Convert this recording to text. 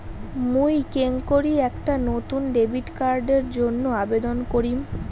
মুই কেঙকরি একটা নতুন ডেবিট কার্ডের জন্য আবেদন করিম?